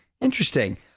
interesting